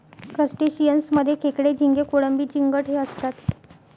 crustaceans मध्ये खेकडे, झिंगे, कोळंबी, चिंगट हे असतात